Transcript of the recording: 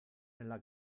nella